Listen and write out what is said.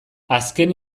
azken